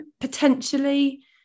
potentially